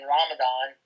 Ramadan